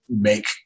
Make